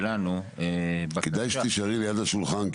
כדאי שתישארי ליד השולחן,